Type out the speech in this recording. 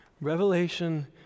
Revelation